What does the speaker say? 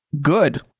Good